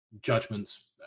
judgments